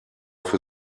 für